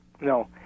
No